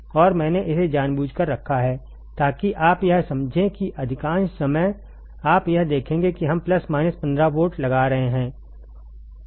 और मैंने इसे जानबूझकर रखा है ताकि आप यह समझें कि अधिकांश समय आप यह देखेंगे कि हम प्लस माइनस 15 वोल्ट लगा रहे हैं